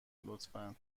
لطفا